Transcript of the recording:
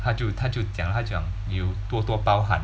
他就他就讲他讲 you 多多包涵